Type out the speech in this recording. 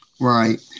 Right